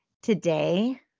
Today